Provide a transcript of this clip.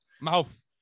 Mouth